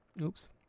Oops